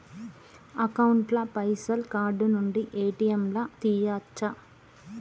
Account ల పైసల్ card నుండి ఏ.టి.ఎమ్ లా తియ్యచ్చా?